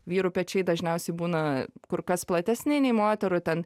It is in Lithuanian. vyrų pečiai dažniausiai būna kur kas platesni nei moterų ten